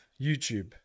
YouTube